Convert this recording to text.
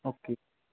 okay